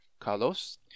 Carlos